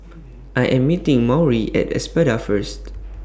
I Am meeting Maury At Espada First